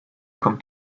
kommt